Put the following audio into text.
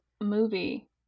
movie